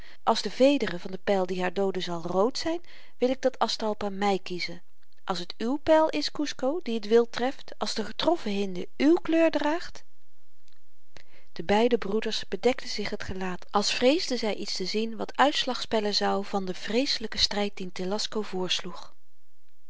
als de vederen van den pyl die haar dooden zal rood zyn wil ik dat aztalpa my kieze als t uw pyl is kusco die t wild treft als de getroffen hinde uw kleur draagt de beide broeders bedekten zich t gelaat als vreesden zy iets te zien wat uitslag spellen zou van den vreeselyken stryd dien telasco